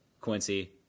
Quincy –